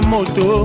Moto